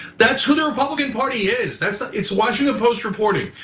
that's who the republican party is. that's it's washington post reporting.